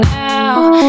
now